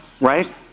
right